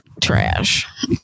trash